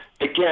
again